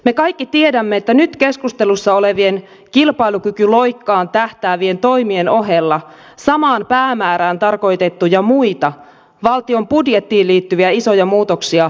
me kaikki tiedämme että nyt keskustelussa olevien kilpailukykyloikkaan tähtäävien toimien ohella samaan päämäärään tarkoitettuja muita valtion budjettiin liittyviä isoja muutoksia valmistellaan